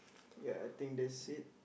ya I think that's it